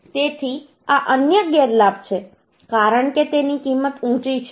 તેથી આ અન્ય ગેરલાભ છે કારણ કે તેની કિંમત ઊંચી છે